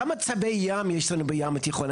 כמה צבי ים יש לנו בים התיכון?